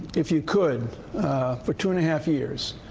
if you could for two and a half years,